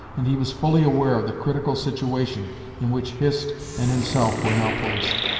and he was fully aware of the critical situation in which hist and himself were now placed,